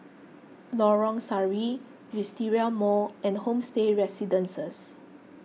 Lorong Sari Wisteria Mall and Homestay Residences